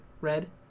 Red